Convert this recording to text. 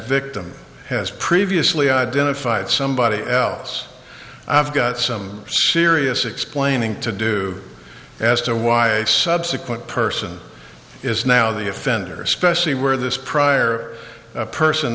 victim has previously identified somebody else i've got some serious explaining to do as to why a subsequent person is now the offender especially where this prior person